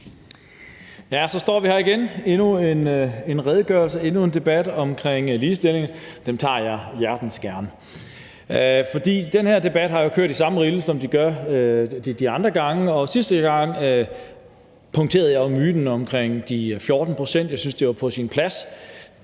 Tak. Så står vi her igen – endnu en redegørelse, endnu en debat om ligestilling. Dem tager jeg hjertens gerne. Den her debat har jo kørt i samme rille, som de har gjort de andre gange, og sidste gang punkterede jeg myten omkring de 14 pct., for jeg syntes, det var på sin plads.